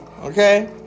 okay